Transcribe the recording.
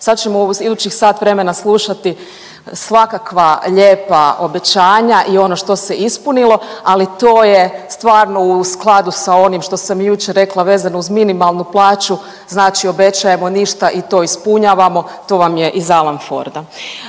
Sad ćemo u idućih sat vremena slušati svakakva lijepa obećanja i ono što se ispunilo, ali to je stvarno u skladu sa onim što sam i jučer rekla vezano uz minimalnu plaću, znači obećajemo ništa i to ispunjavamo, to vam je iz Alan Forda.